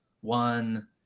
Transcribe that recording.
one